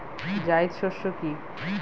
জায়িদ শস্য কি?